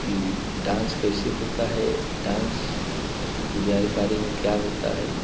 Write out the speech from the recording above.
कि डांस कैसे होता है डांस की बारे में क्या होता है